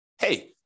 hey